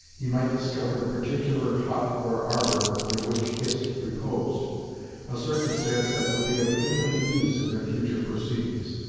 he might discover the particular hut or arbour under which hist reposed a circumstance that would be of infinite use in their future proceedings.